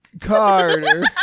Carter